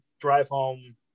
drive-home